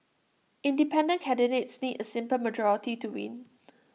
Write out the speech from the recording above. independent candidates need A simple majority to win